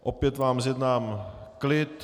Opět vám zjednám klid.